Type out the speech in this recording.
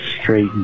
straight